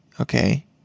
Okay